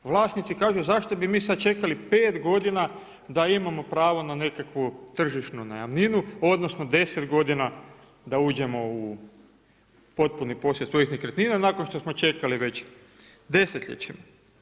Vlasnici kažu zašto bi mi sada čekali pet godina da imamo pravo na nekakvu tržišnu najamninu odnosno deset godina da uđemo u potpunu posjed ovih nekretnina nakon što smo čekali već desetljećima.